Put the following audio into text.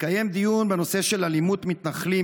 התקיים דיון בנושא של אלימות מתנחלים,